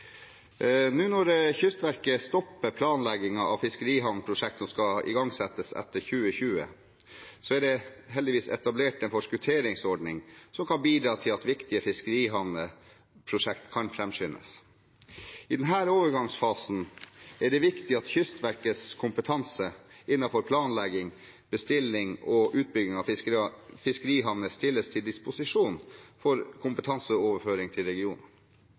nå stopper planleggingen av fiskerihavnprosjekter som skal igangsettes etter 2020, er det heldigvis etablert en forskutteringsordning som kan bidra til at viktige fiskerihavneprosjekter kan framskyndes. I denne overgangsfasen er det viktig at Kystverkets kompetanse innenfor planlegging, bestilling og utbygging av fiskerihavner stilles til disposisjon for kompetanseoverføring til